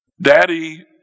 Daddy